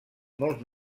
molt